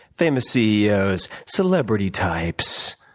famous ceos, celebrity types,